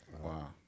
Wow